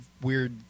weird